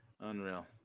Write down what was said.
Unreal